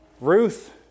Ruth